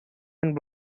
and